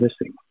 missing